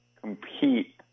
compete